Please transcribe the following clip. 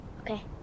Okay